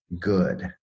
good